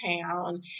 town